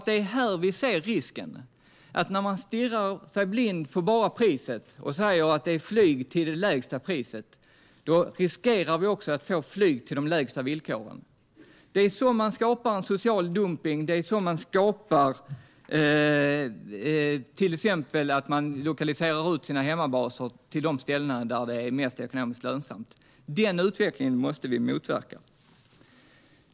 Det är här vi ser risken när man stirrar sig blind bara på priset och säger att det ska vara flyg till lägsta priset. Då riskerar vi att få flyg till de lägsta villkoren. Det är så man skapar en social dumpning, till exempel att man lokaliserar ut sina hemmabaser till de ställen där det är mest ekonomiskt lönsamt. Den utvecklingen måste vi motverka.